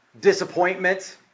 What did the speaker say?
disappointment